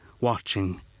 watching